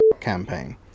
campaign